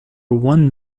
one